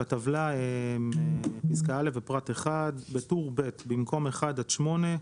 " בטבלה- (א) בפרט 1- (1) בטור ב', במקום "1 עד 8"